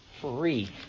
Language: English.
free